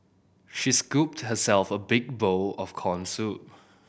she scooped herself a big bowl of corn soup